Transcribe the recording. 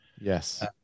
Yes